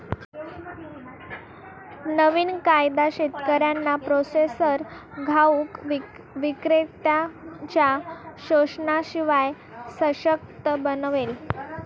नवीन कायदा शेतकऱ्यांना प्रोसेसर घाऊक विक्रेत्त्यांनच्या शोषणाशिवाय सशक्त बनवेल